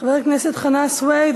חבר הכנסת חנא סוייד,